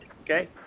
okay